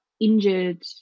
injured